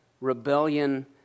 rebellion